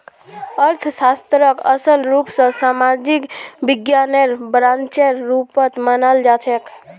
अर्थशास्त्रक असल रूप स सामाजिक विज्ञानेर ब्रांचेर रुपत मनाल जाछेक